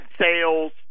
sales